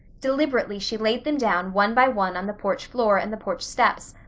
deliberately she laid them down one by one on the porch floor and the porch steps,